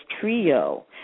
trio